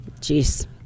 jeez